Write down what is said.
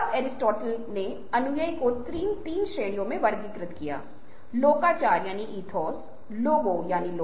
यह एक retiring space नहीं है जैसा कि बुद्धि है